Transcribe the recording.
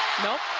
nope.